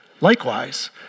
Likewise